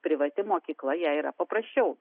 privati mokykla jai yra paprasčiau